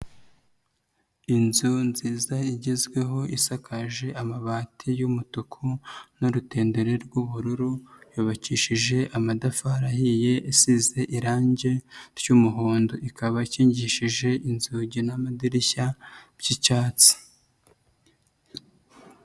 Inzu nziza igezweho isakaje amabati y'umutuku n'urutendere rw'ubururu, yubakishije amatafari ahiye, isize irangi ry'umuhondo. Ikaba ikingishije inzugi n'amadirishya by'icyatsi.